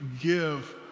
give